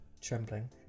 trembling